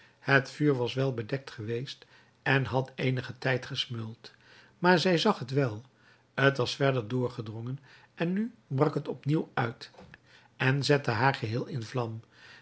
het vuur was wel bedekt geweest en had eenigen tijd gesmeuld maar zij zag het wel t was verder doorgedrongen en nu brak het opnieuw uit en zette haar geheel in vlam